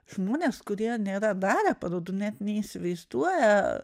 žmonės kurie nėra darę parodų net neįsivaizduoja